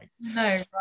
no